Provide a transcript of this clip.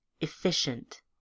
efficient